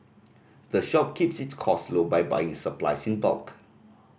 the shop keeps its cost low by buying supplies in bulk